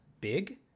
big